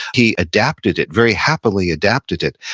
he adapted it, very happily adapted it.